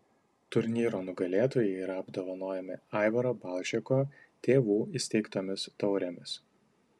turnyro nugalėtojai yra apdovanojami aivaro balžeko tėvų įsteigtomis taurėmis